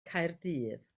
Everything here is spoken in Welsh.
caerdydd